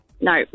No